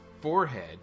forehead